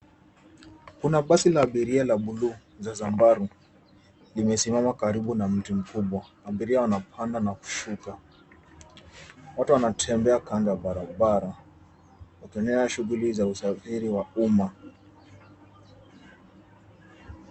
Kuna basi la abiria la buluu za zambaru. Limesimama kando ya mti mkubwa. Abiria wanapanda na kushuka. Watu wanatembea kando ya barabara, wakionyesha shughuli za usafiri wa umma.